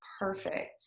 perfect